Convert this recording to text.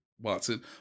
Watson